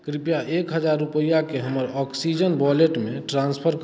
कृप्या एक हजार रूपैआके हमर ऑक्सीजन वॉलेटमे ट्रान्स्फर करू